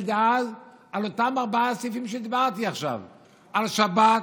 דאז על אותם ארבעה סעיפים שדיברתי עליהם עכשיו: על שבת,